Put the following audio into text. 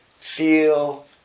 feel